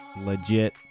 legit